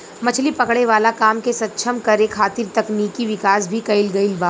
मछली पकड़े वाला काम के सक्षम करे खातिर तकनिकी विकाश भी कईल गईल बा